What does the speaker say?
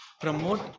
promote